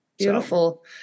Beautiful